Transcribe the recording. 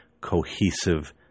cohesive